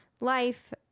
life